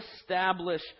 establish